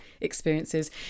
experiences